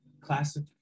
Classic